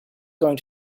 going